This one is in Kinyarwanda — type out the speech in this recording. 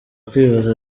kwibaza